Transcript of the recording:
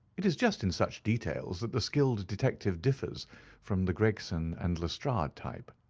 it is just in such details that the skilled detective differs from the gregson and lestrade type.